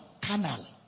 canal